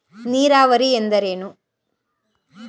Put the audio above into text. ನೀರಾವರಿ ಎಂದರೇನು?